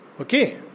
Okay